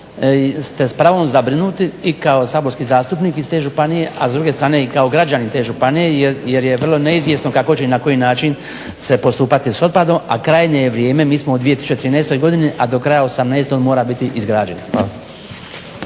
ste s pravom zabrinuti i kao saborski zastupnik iz te županije, a s druge strane i kao građanin te županije jer je vrlo neizvjesno kako će i na koji način se postupati s otpadom, a krajnje je vrijeme mi smo u 2013. a do kraja 2018. on mora biti izgrađen.